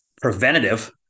preventative